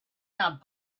not